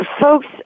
folks